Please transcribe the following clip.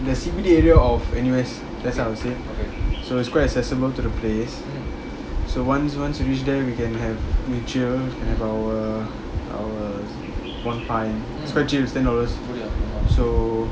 the C_B_D area of N_U_S that's what I would say so it's quite accessible to the place so once once you reach there you can have mutual have our our one time it's quite chill it's ten dollars so